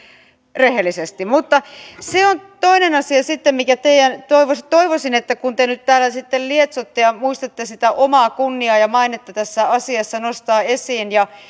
rehellisesti se on sitten toinen asia mikä teidän toivoisin että kun te nyt täällä sitten lietsotte ja muistatte sitä omaa kunniaanne ja mainettanne tässä asiassa nostaa esiin